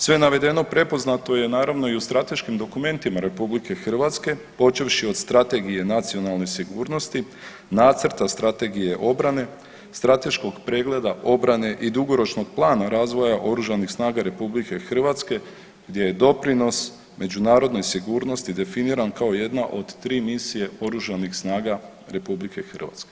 Sve navedeno prepoznato je naravno i u strateškim dokumentima RH počevši od Strategije nacionalne sigurnosti, Nacrta strategije obrane, strateškog pregleda obrane i dugoročnog plana razvoja Oružanih snaga RH gdje je doprinos međunarodnoj sigurnosti definiran kao jedna od tri misije oružanih snaga RH.